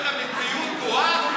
במציאות משלכם.